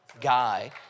guy